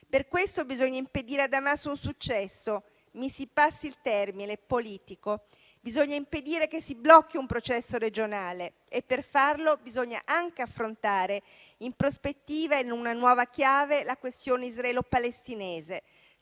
Per questo bisogna impedire ad Hamas un successo - mi si passi il termine - politico; bisogna impedire che si blocchi un processo regionale e per farlo bisogna anche affrontare in prospettiva, in una nuova chiave, la questione israelo-palestinese,